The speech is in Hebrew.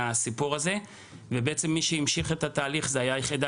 מהסיפור הזה ובעצם מי שהמשיך את התהליך הייתה היחידה